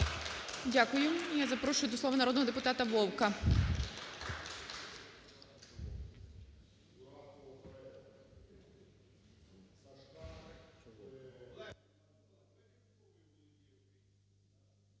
Дякую. Я запрошую до слова народного депутата Вовка.